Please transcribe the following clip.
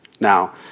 Now